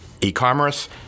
e-commerce